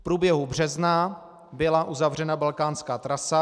V průběhu března byla uzavřena balkánská trasa.